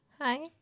Hi